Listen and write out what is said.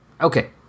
Okay